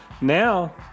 Now